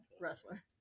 wrestler